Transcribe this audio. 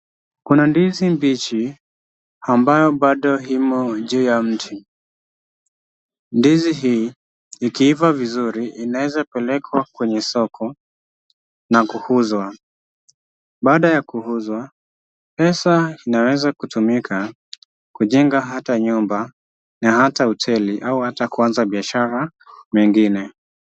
Kuna ndizi mbichi ambayo bado imo juu ya mti. Ndizi hii ikiiva vizuri inaweza pelekwa kwenye soko na kuuzwa. Baada ya kuuzwa, pesa inaweza kutumika kujenga hata nyumba na hata hoteli au hata kuanza biashara mengine.